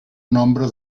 nombre